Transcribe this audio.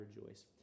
rejoice